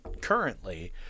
currently